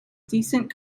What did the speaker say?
decent